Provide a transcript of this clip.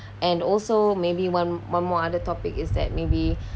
and also maybe one one more other topic is that maybe